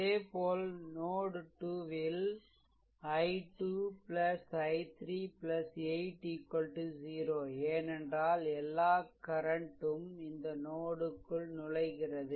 அதேபோல் நோட் 2 ல் i 2 i3 8 0ஏனென்றால் எல்லா கரன்ட் ம் இந்த நோடுக்குள் நுழைகிறது